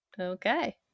Okay